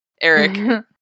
eric